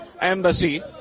Embassy